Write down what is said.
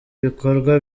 bikorwa